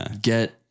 get